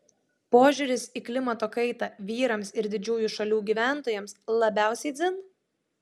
požiūris į klimato kaitą vyrams ir didžiųjų šalių gyventojams labiausiai dzin